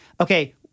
Okay